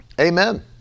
amen